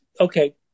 okay